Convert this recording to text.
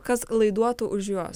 kas laiduotų už juos